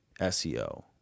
SEO